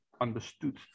understood